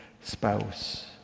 spouse